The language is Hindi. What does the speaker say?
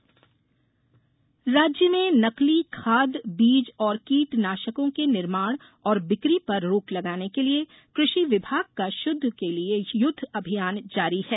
उर्वरक अभियान राज्य में नकली खाद बीज और कीटनाशकों के निर्माण और बिकी पर रोक लगाने के लिए कृषि विभाग का शुद्ध के लिए युद्ध अभियान जारी है